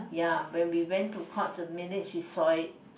ya when we went to Courts the minute she saw it